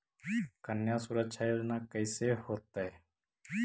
कन्या सुरक्षा योजना कैसे होतै?